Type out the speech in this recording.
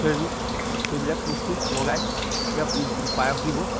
চেৰি এইবিলাক বস্তু লগাই পায়স দিব